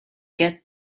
get